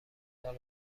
دار